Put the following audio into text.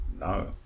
no